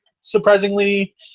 surprisingly